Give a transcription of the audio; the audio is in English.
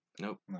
Nope